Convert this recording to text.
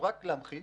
כדי להמחיש,